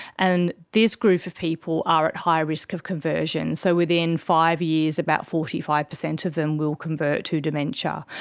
and this group of people are at high risk of conversion. so within five years about forty five percent of them will convert to dementia.